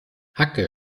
hacke